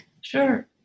Sure